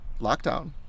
lockdown